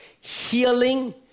Healing